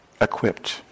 equipped